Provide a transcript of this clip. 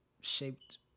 shaped